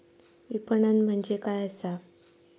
विपणन म्हणजे काय असा?